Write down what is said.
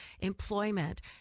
employment